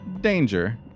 Danger